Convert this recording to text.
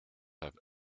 have